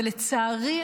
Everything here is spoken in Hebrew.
ולצערי,